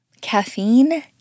Caffeine